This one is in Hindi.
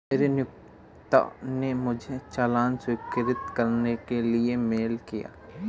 मेरे नियोक्ता ने मुझे चालान स्वीकृत करने के लिए मेल किया